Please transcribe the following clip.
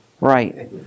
Right